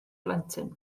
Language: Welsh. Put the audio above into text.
plentyn